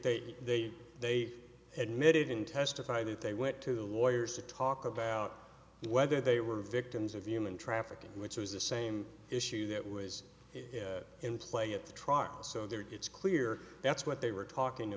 they they they admitted in testify that they went to the lawyers to talk about whether they were victims of human trafficking which was the same issue that was in play at the trial so there it's clear that's what they were talking